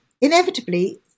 inevitably